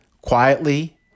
quietly